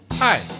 Hi